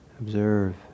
observe